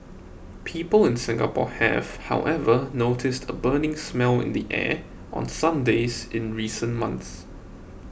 people in Singapore have however noticed a burning smell in the air on some days in recent months